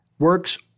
Works